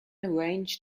arranged